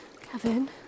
Kevin